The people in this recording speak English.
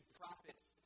prophets